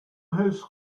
his